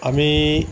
আমি